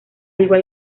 igual